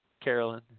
Carolyn